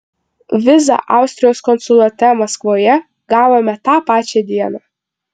vizą austrijos konsulate maskvoje gavome tą pačią dieną